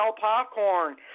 popcorn